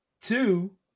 Two